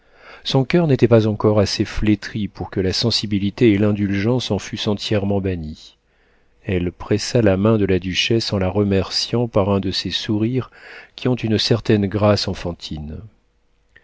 son coeur n'était pas encore assez flétri pour que la sensibilité et l'indulgence en fussent entièrement bannies elle pressa la main de la duchesse en la remerciant par un de ces sourires qui ont une certaine grâce enfantine